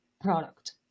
product